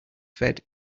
fed